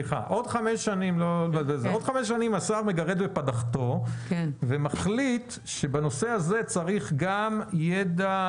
עוד חמש שנים השר מגרד את פדחתו ומחליט שבנושא הזה צריך גם ידע